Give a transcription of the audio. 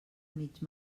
mig